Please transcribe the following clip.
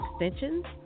extensions